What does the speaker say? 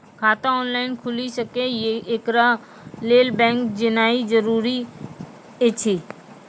खाता ऑनलाइन खूलि सकै यै? एकरा लेल बैंक जेनाय जरूरी एछि?